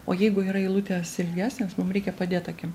o jeigu yra eilutės ilgesnės mum reikia padėt akim